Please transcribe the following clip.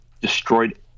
destroyed